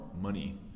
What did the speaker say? money